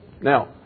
Now